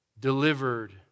delivered